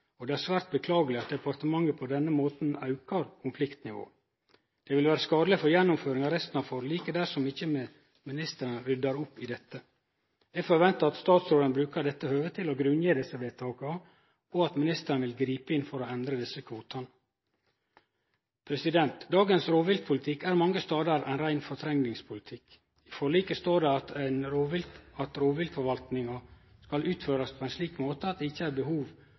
og det er svært beklageleg at departementet på denne måten aukar konfliktnivået. Det vil vere skadeleg for gjennomføringa av resten av forliket dersom ikkje ministeren ryddar opp i dette. Eg forventar at statsråden brukar dette høvet til å grunngje vedtaka, og at ministeren vil gripe inn for å endre kvotane. Dagens rovviltpolitikk er mange stader ein rein fortrengingspolitikk. I forliket står det at rovviltforvaltninga skal utøvast på ein slik måte at det ikkje er behov